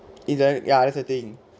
is there ya that's the thing